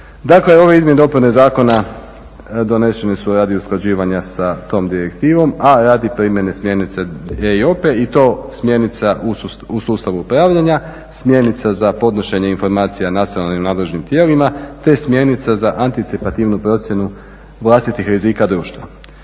Dakle, ove izmjene i dopune zakona donesene su radi usklađivanja sa tom direktivom, a radi primjene smjernica EIOPA-e i to smjernica u sustavu upravljanja, smjernica za podnošenje informacija nacionalnim nadležnim tijelima te smjernica za anticipativnu procjenu vlastitih rizika društva.